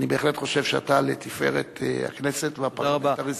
אני בהחלט חושב שאתה לתפארת הכנסת והפרלמנט,